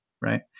right